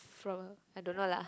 for I don't know lah